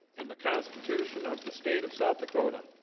in the constitution of the state of south dakota